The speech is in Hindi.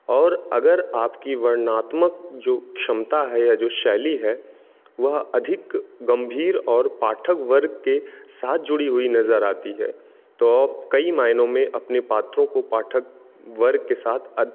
और अगर आपकी वर्णात्मक जो क्षमता है या जो शैली है वह अधिक गंभीर और पाठक वर्ग के साथ जुड़ी हुई नज़र आती है तो कई मायनों में अपने पात्रों को पाठक वर्ग के साथ